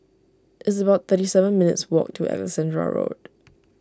it's about thirty seven minutes' walk to Alexandra Road